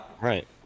Right